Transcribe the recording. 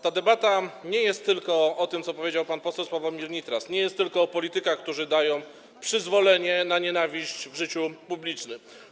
Ta debata nie jest tylko o tym, o czym powiedział pan poseł Sławomir Nitras, nie jest tylko o politykach, którzy dają przyzwolenie na nienawiść w życiu publicznym.